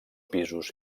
pisos